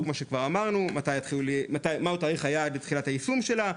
כמו שכבר אמרנו מה תאריך היעד לתחילת היישום שלה,